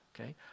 Okay